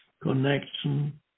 connection